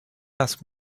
ask